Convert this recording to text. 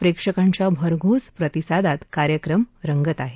प्रेक्षकांच्या भरघोस प्रतिसादात कार्यक्रम रंगत आहे